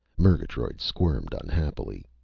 murgatroyd squirmed unhappily.